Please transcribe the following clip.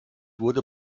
wurde